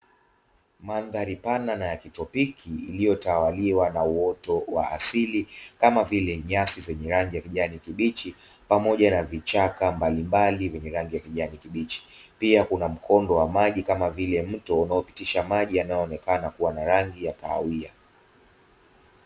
Mandhari pana na ya kitropiki, iliyotawaliwa na uoto wa asili kama vile nyasi zenye rangi ya kijani kibichi pamoja na vichaka mbalimbali vyenye rangi ya kijani kibichi, pia kuna mkondo wa maji kama vile mto unaopitisha maji yanayoonekana kuwa na rangi ya kahawia.